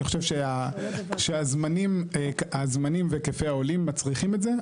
אני חושב שהזמנים והקיפי העולים מצריכים את זה.